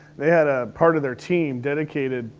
they had a part of their team dedicated.